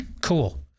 Cool